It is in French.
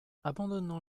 abandonnant